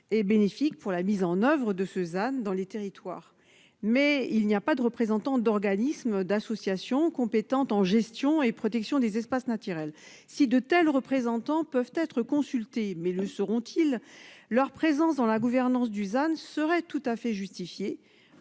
est bénéfique pour la mise en oeuvre de Cezanne dans les territoires. Mais il n'y a pas de représentants d'organismes d'associations compétentes en Gestion et protection des espaces naturels. Si de tels représentants peuvent être consultées, mais le seront-ils leur présence dans la gouvernance Dusan serait tout à fait justifiée